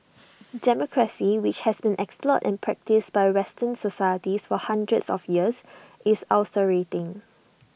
democracy which has been explored and practised by western societies for hundreds of years is ulcerating